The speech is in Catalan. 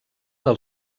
del